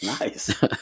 Nice